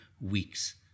weeks